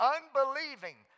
Unbelieving